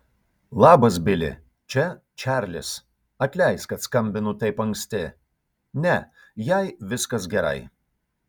labas bili čia čarlis atleisk kad skambinu taip anksti ne jai viskas gerai